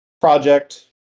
project